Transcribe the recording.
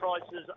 prices